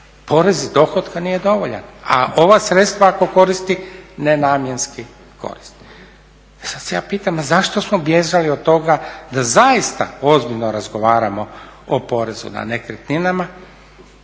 Porez iz dohotka nije dovoljan, a ova sredstva ako koristi nenamjenski koristi. E sad se ja pitam a zašto smo bježali od toga da zaista ozbiljno razgovaramo o porezu na nekretninama